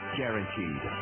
guaranteed